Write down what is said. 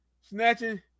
snatching